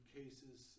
cases